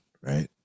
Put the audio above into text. right